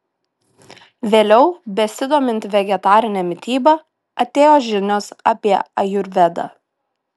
vėliau besidomint vegetarine mityba atėjo žinios apie ajurvedą